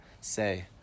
say